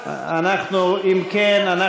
56 נגד, אין